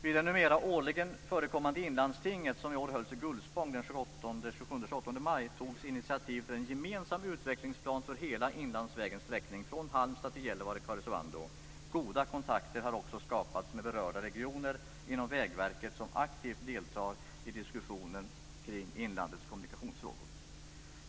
Vid det numera årligen förekommande Inlandstinget som i år hölls i Gullspång den 27-28 maj togs initiativ till en gemensam utvecklingsplan för hela Inlandsvägens sträckning från Halmstad till Gällivare/Karesuando. Goda kontakter har också skapats med berörda regioner inom Vägverket som aktivt deltar i diskussionerna kring inlandets kommunikationsfrågor.